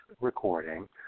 recording